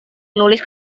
menulis